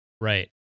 Right